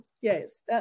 Yes